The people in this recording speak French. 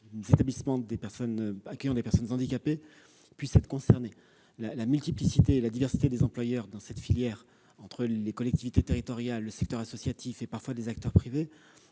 des établissements accueillant des personnes handicapées. En raison de la multiplicité et de la diversité des employeurs dans cette filière- collectivités territoriales, secteur associatif, parfois acteurs privés